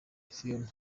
phiona